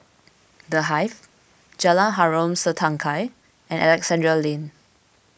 the Hive Jalan Harom Setangkai and Alexandra Lane